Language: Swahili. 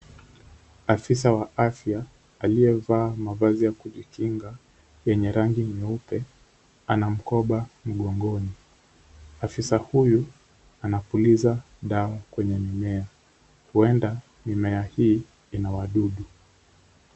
Afisa wa afya aliyevaa mavazi ya kujikinga ya rangi nyeupe, ana mkoba mgongoni. Afisa huyu anapuliza dawa kwenye mimea huenda mimea hii ina wadudu.